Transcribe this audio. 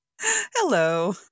Hello